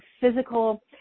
physical